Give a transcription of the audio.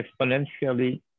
exponentially